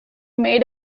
made